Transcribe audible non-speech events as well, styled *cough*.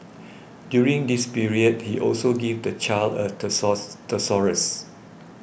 during this period he also gave the child a *unintelligible* thesaurus